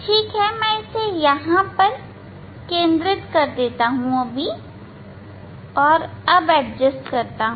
ठीक है मैं इसे यहां स्थिर कर देता हूं और तब एडजस्ट करता हूं